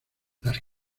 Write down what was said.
las